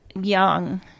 young